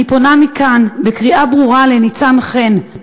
אני פונה מכאן בקריאה ברורה לניצן חן,